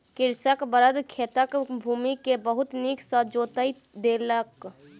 कृषकक बड़द खेतक भूमि के बहुत नीक सॅ जोईत देलक